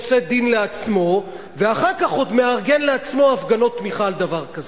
עושה דין לעצמו ואחר כך עוד מארגן לעצמו הפגנות תמיכה על דבר כזה?